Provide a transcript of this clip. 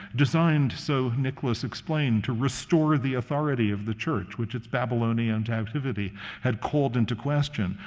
designed so, nicholas explained, to restore the authority of the church, which its babylonian captivity had called into question.